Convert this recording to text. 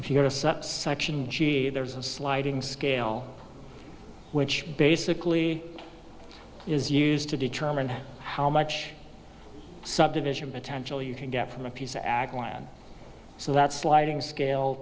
if you go to subsection g there's a sliding scale which basically is used to determine how much subdivision potential you can get from a piece acland so that sliding scale